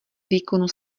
výkonu